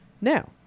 Now